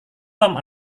tom